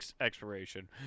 expiration